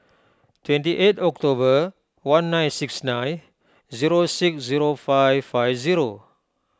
twenty eight October one nine six nine zero six zero five five zero